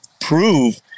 prove